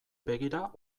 begira